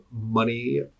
money